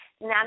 Now